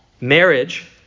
marriage